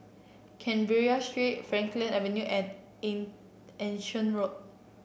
Canberra Street Frankel Avenue and Anson Road